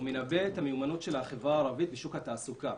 הוא מנבא את המיומנות של החברה הערבית בשוק התעסוקה,